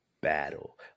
battle